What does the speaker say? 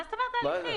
מה זאת אומרת הליכים?